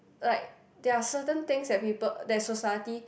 like there are certain things that people that society